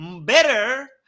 better